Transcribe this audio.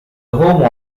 home